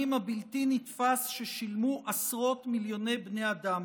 הבלתי-נתפס ששילמו עשרות מיליוני בני אדם,